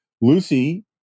Lucy